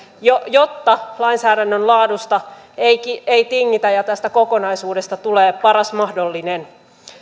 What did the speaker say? jotta lainsäädännön laadusta ei tingitä ja tästä kokonaisuudesta tulee paras mahdollinen